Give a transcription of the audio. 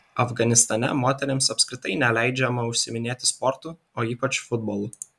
afganistane moterims apskritai neleidžiama užsiiminėti sportu o ypač futbolu